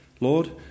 Lord